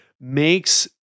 makes